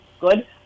Good